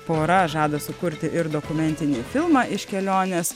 pora žada sukurti ir dokumentinį filmą iš kelionės